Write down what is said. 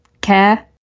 care